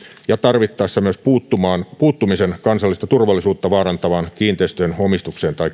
ja tarvittaessa myös puuttumisen kansallista turvallisuutta vaarantavaan kiinteistönomistukseen tai